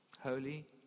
holy